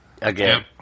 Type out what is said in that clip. Again